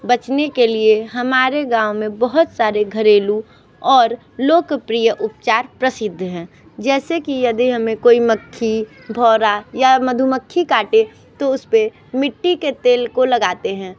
बचने के लिए हमारे गाँव में बहुत सारे घरेलू और लोकप्रिय उपचार प्रसिद्ध हैं जैसे कि यदि हमें कोई मक्खी भवरा या मधुमक्खी काटे तो उस पर मिट्टी के तेल को लगाते हैं तो